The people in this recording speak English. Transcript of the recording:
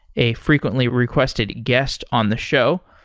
a frequently requested guest on the show.